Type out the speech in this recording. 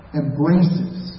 embraces